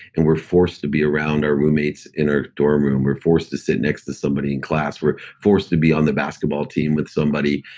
and we're forced to be around our roommates in our dorm room. we're forced to sit next to somebody in class. we're forced to be on the basketball team with somebody.